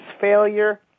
failure